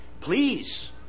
Please